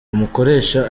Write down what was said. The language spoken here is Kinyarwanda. umukoresha